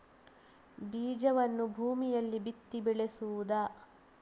ಬೀಜವನ್ನು ಭೂಮಿಯಲ್ಲಿ ಬಿತ್ತಿ ಬೆಳೆಸುವುದಾ?